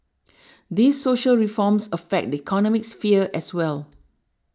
these social reforms affect the economic sphere as well